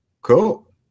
Cool